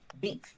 beef